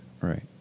Right